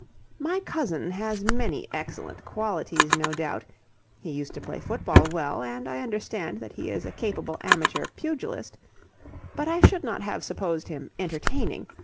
my cousin has many excellent qualities, no doubt he used to play football well, and i understand that he is a capable amateur pugilist but i should not have supposed him entertaining.